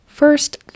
First